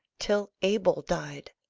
till abel died?